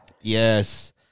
Yes